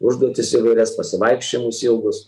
užduotis įvairias pasivaikščiojimus ilgus